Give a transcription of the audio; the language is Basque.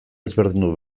ezberdindu